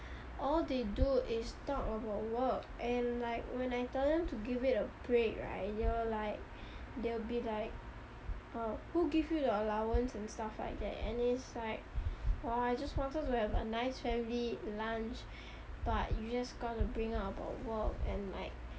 all they do is talk about work and like when I tell them to give it a break right they will like they will be like uh who give you the allowance and stuff like that and it's like !wah! I just wanted to have a nice family lunch but you just gotta bring up about work and like